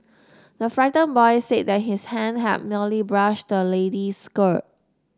the frightened boy said that his hand had merely brushed the lady's skirt